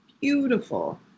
beautiful